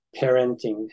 parenting